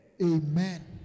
Amen